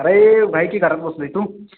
अरे भाई की घरात बसलोय तू